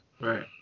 Right